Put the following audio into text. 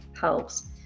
helps